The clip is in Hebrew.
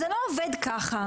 זה לא עובד ככה.